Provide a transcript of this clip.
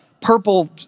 purple